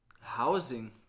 housing